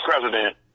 president